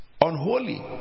unholy